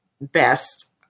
best